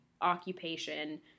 occupation